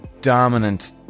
dominant